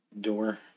door